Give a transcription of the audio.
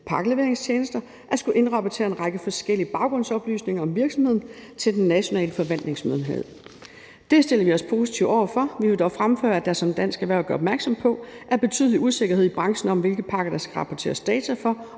pakkeleveringstjenester, at skulle indrapportere en række forskellige baggrundsoplysninger om virksomheden til den nationale forvaltningsmyndighed. Det stiller vi os positive over for. Vi vil dog fremføre, at der, som Dansk Erhverv gør opmærksom på, er betydelig usikkerhed i branchen om, hvilke pakker der skal rapporteres data for,